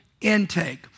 intake